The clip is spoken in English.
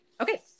okay